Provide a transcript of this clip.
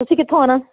ਤੁਸੀਂ ਕਿੱਥੋਂ ਆਉਣਾ